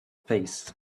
face